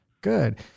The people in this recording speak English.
Good